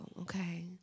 okay